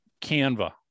canva